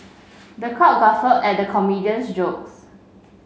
the crowd guffaw at the comedian's jokes